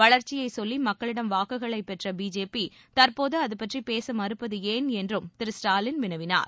வளர்ச்சியைச் சொல்லி மக்களிடம் வாக்குகளைப் பெற்ற பிஜேபி தற்போது அதுபற்றி பேச மறுப்பது ஏன் என்றும் திரு ஸ்டாலின் வினவினார்